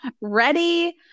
ready